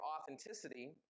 authenticity